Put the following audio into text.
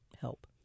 help